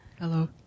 Hello